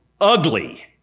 ugly